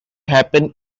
happen